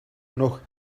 noch